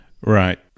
Right